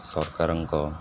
ସରକାରଙ୍କ